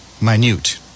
Minute